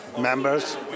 Members